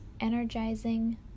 energizing